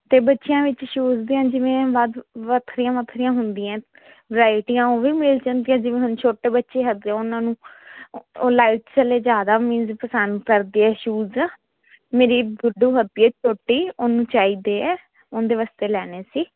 ਅਤੇ ਬੱਚਿਆਂ ਵਿੱਚ ਸ਼ੂਜ ਦੀਆਂ ਜਿਵੇਂ ਵੱਧ ਵੱਖਰੀਆਂ ਵੱਖਰੀਆਂ ਹੁੰਦੀਆਂ ਵਰਾਇਟੀਆਂ ਉਹ ਵੀ ਮਿਲ ਜਾਂਦੀਆਂ ਜਿਵੇਂ ਹੁਣ ਛੋਟੇ ਬੱਚੇ ਹੈਗੇ ਉਹਨਾਂ ਨੂੰ ਉਹ ਲਾਈਟ ਚੱਲੇ ਜ਼ਿਆਦਾ ਮੀਨਸ ਪਸੰਦ ਕਰਦੇ ਆ ਸ਼ੂਜ ਮੇਰੀ ਗੁੱਡੂ ਹੈਗੀ ਆ ਛੋਟੀ ਉਹਨੂੰ ਚਾਹੀਦੇ ਹੈ ਉਹਦੇ ਵਾਸਤੇ ਲੈਣੇ ਸੀ